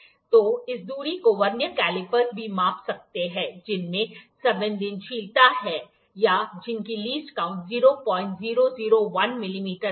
तो इस दूरी को वर्नियर कैलिपर्स भी माप सकते हैं जिनमें संवेदनशीलता है या जिनकी लीस्ट काॅऊंट 0001 मिमी तक है